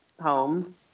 home